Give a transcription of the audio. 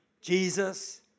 Jesus